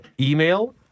email